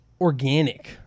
organic